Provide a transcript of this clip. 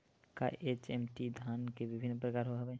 का एच.एम.टी धान के विभिन्र प्रकार हवय?